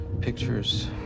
pictures